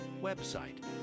website